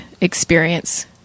experience